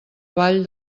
vall